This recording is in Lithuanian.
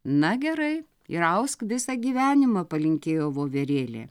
na gerai ir ausk visą gyvenimą palinkėjo voverėlė